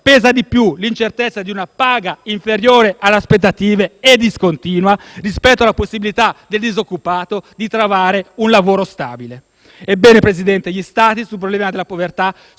pesa di più l'incertezza di una paga inferiore alle aspettative e discontinua rispetto alla possibilità del disoccupato di trovare un lavoro stabile. Ebbene, Presidente, gli Stati sul problema della povertà